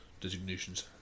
designations